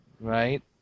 Right